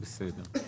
בסדר.